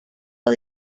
los